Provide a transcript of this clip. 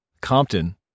Compton